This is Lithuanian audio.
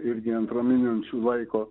irgi ant raminančių laiko